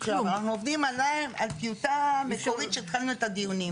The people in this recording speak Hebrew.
אנחנו עובדים על טיוטה מקורית שהתחלנו את הדיונים.